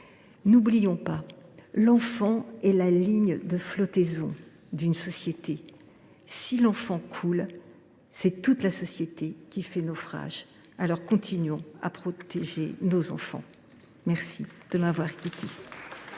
N’oublions pas : l’enfant est la ligne de flottaison d’une société ! Si l’enfant coule, c’est toute la société qui fait naufrage. Alors, continuons à protéger nos enfants ! La parole est